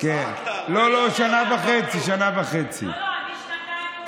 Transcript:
בבקשה, אדוני שר המשפטים גדעון סער.